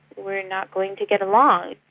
we're not going to get along.